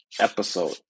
episode